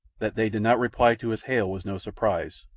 that they did not reply to his hail was no surprise,